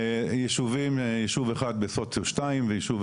ישוב אחד בסוציו שתיים,